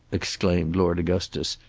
exclaimed lord augustus,